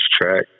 track